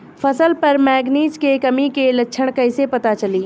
फसल पर मैगनीज के कमी के लक्षण कइसे पता चली?